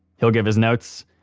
he'll give his notes,